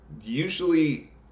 Usually